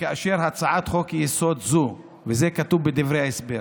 ו"הצעת חוק-יסוד זו" וזה כתוב בדברי ההסבר,